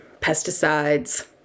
pesticides